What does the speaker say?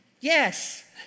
Yes